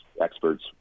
experts